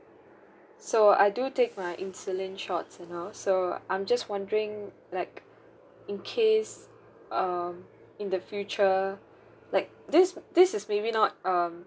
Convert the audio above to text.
so I do take my insulin shots and all so I'm just wondering like in case um in the future like this this is maybe not um